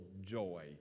joy